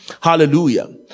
hallelujah